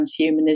transhumanism